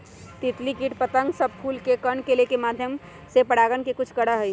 तितली कीट पतंग और सब फूल के कण के लेके माध्यम से परागण के कुछ करा हई